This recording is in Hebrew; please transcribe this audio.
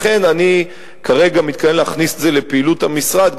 לכן אני כרגע מתכוון להכניס את זה לפעילות המשרד,